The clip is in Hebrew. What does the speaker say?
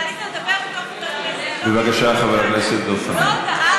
אתה עלית לדבר בתור חבר כנסת, לא כיושב-ראש ועדה.